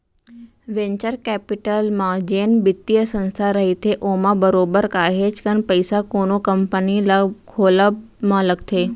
venture capital म जेन बित्तीय संस्था रहिथे ओमा बरोबर काहेच कन पइसा कोनो कंपनी ल खोलब म लगथे